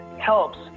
helps